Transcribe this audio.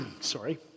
Sorry